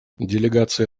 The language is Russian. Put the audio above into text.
делегация